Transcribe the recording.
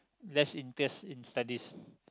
less interest in studies